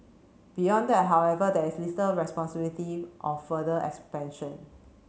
beyond that however there is responsibility of further expansion